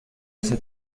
ese